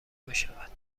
بشود